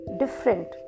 different